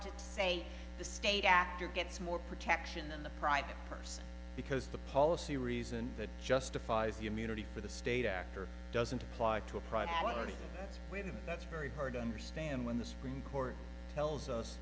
to say the state actor gets more protection than the private person because the policy reason that justifies the immunity for the state actor doesn't apply to a private one that's with him that's very hard to understand when the supreme court tells us